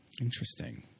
Interesting